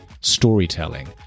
storytelling